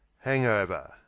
Hangover